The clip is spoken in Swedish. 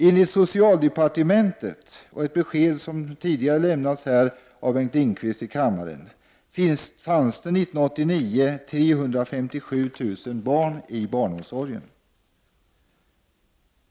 Enligt socialdepartementet, och enligt ett besked som tidigare lämnats i kammaren av Bengt Lindqvist, fanns det 357 000 barn i barnomsorgen år 1989.